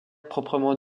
proprement